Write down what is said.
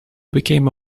became